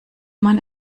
man